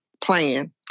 plan